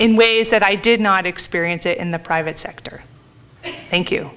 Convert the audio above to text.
in ways that i did not experience in the private sector thank you